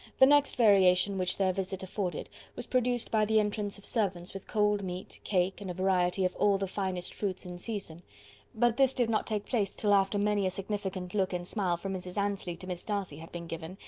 the next variation which their visit afforded was produced by the entrance of servants with cold meat, cake, and a variety of all the finest fruits in season but this did not take place till after many a significant look and smile from mrs. annesley to miss darcy had been given,